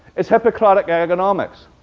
is hippocratic economics.